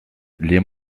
les